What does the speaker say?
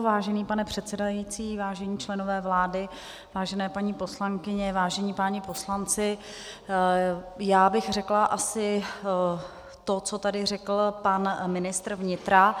Vážený pane předsedající, vážení členové vlády, vážené paní poslankyně, vážení páni poslanci, já bych řekla asi to, co tady řekl pan ministr vnitra.